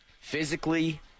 physically